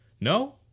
no